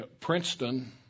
Princeton